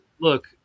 look